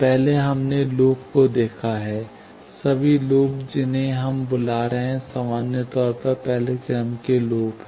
पहले हमने लूप को देखा है सभी लूप जिन्हें हम बुला रहे हैं सामान्य तौर पर पहले पहले क्रम के के लूप हैं